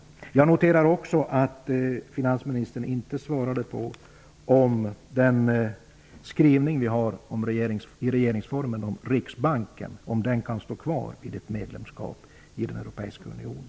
Vidare noterar jag att finansministern inte svarade på frågan om den skrivning i vår regeringsform som gäller Riksbanken kan stå kvar vid ett medlemskap i den europeiska unionen.